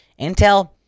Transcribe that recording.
Intel